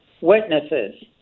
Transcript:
witnesses